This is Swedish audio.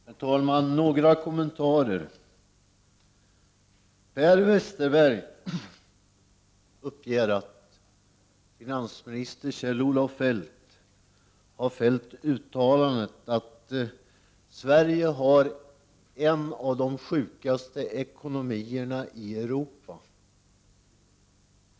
Herr talman! Några kommentarer! Per Westerberg uppger att finansminister Kjell-Olof Feldt har fällt uttalandet att Sverige har en av de sjukaste ekonomierna i Europa.